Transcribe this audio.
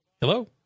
hello